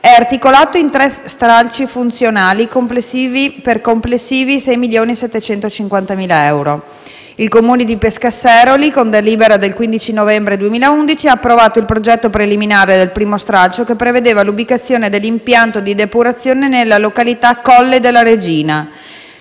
è articolato in tre stralci funzionali, per complessivi 6,75 milioni di euro. Il Comune di Pescasseroli, con delibera del 15 novembre 2011, ha approvato il progetto preliminare del primo stralcio che prevedeva l'ubicazione dell'impianto di depurazione nella località Colle della Regina.